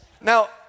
Now